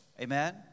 Amen